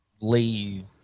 leave